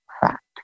fact